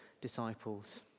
disciples